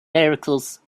miracles